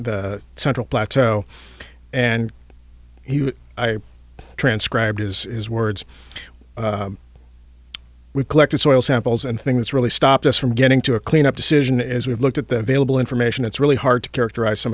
the central plateau and i transcribed his words we collected soil samples and things really stopped us from getting to a clean up decision as we've looked at the vailable information it's really hard to characterize some